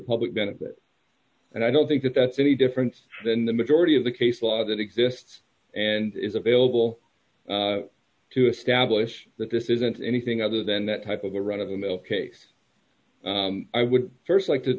public benefit and i don't think that that's any different than the majority of the case law that exists and is available to establish that this isn't anything other than that type of a run of the mill case i would st like to